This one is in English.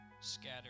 Scattered